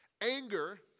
Anger